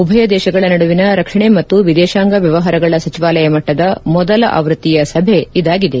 ಉಭಯ ದೇಶಗಳ ನಡುವಿನ ರಕ್ಷಣೆ ಮತ್ತು ವಿದೇಶಾಂಗ ವ್ಯವಹಾರಗಳ ಸಚಿವಾಲಯ ಮಟ್ಟದ ಮೊದಲ ಆವೃತ್ತಿಯ ಸಭೆ ಇದಾಗಿದೆ